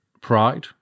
pride